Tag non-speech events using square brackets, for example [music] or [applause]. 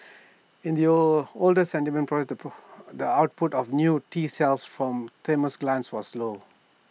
in the old older sedentary [unintelligible] the output of new T cells from thymus glands was low